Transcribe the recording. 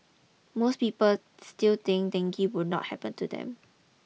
most people still think dengue will not happen to them